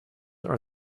are